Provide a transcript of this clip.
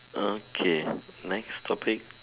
okay next topic